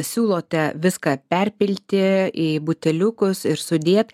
siūlote viską perpilti į buteliukus ir sudėt